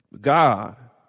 God